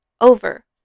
over